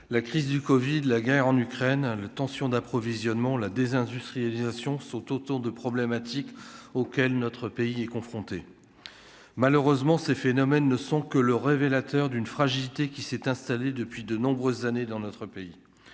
la crise du Covid la guerre en Ukraine le tension d'approvisionnement, la désindustrialisation sont autant de problématiques auxquelles notre pays est confronté, malheureusement, ces phénomènes ne sont que le révélateur d'une fragilité qui s'est installé depuis de nombreuses années dans notre pays